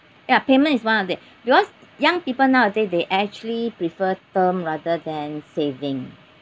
ya payment is one of that because young people nowadays they actually prefer term rather than saving